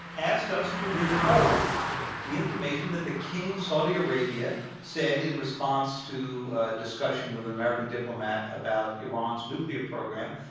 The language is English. asked us to withhold the information that the king of saudi arabia said in response to a discussion with an american diplomat about iran's nuclear program,